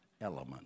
element